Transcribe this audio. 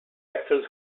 actress